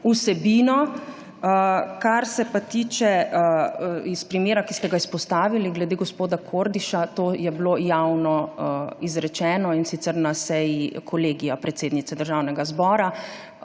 vsebino. Kar se pa tiče primera, ki ste ga izpostavili, glede gospoda Kordiša, je bilo to javno izrečeno, in sicer na seji Kolegija predsednice Državnega zbora.